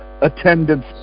attendance